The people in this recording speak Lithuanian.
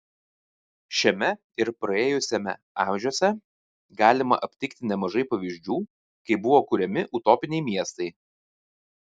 šiame ir praėjusiame amžiuose galima aptikti nemažai pavyzdžių kai buvo kuriami utopiniai miestai